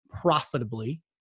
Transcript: profitably